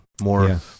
more